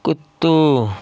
कुत्तू